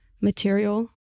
material